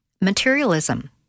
Materialism